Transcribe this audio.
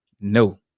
No